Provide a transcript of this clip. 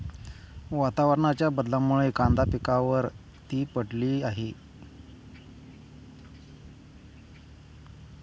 वातावरणाच्या बदलामुळे कांदा पिकावर ती पडली आहे